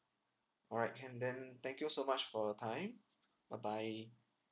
all right and then thank you so much for your time bye bye